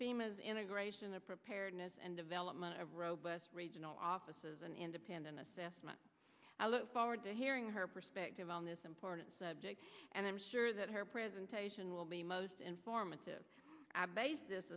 themas integration the preparedness and development of robust regional offices an independent assessment i look forward to hearing her perspective on this important subject and i'm sure that her presentation will be most informative